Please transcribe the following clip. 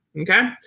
Okay